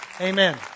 Amen